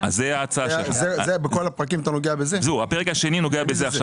הפרק השני נוגע בזה עכשיו.